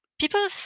people